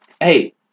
Hey